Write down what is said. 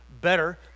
better